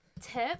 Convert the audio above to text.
tip